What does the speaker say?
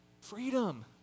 Freedom